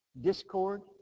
discord